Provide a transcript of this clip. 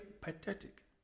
pathetic